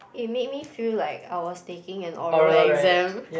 it made me feel like I was taking an oral exam